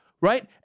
right